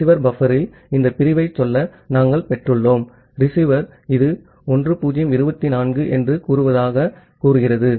receiver பஃப்பரில் இந்த பிரிவைச் சொல்ல நாம் பெற்றுள்ளோம் ரிசீவர் இது 1024 என்று கூறுவதாகக் கூறுகிறது